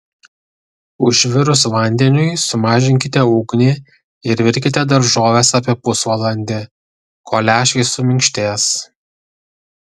užvirus vandeniui sumažinkite ugnį ir virkite daržoves apie pusvalandį kol lęšiai suminkštės